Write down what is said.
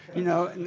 you know,